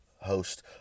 Host